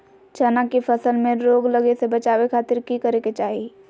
चना की फसल में रोग लगे से बचावे खातिर की करे के चाही?